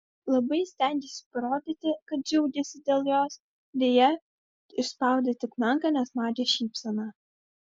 labai stengėsi parodyti kad džiaugiasi dėl jos deja išspaudė tik menką nesmagią šypseną